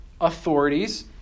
authorities